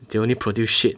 they only produce shit